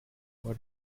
what